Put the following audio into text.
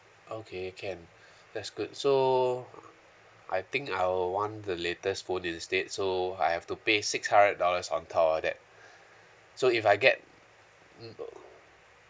okay can that's good so I think I will want the latest phone instead so I have to pay six hundred dollars on top of that so if I get mm uh